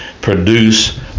produce